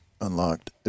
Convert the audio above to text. unlocked